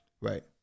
Right